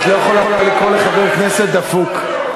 את לא יכולה לקרוא לחבר כנסת "דפוק".